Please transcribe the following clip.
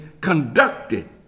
conducted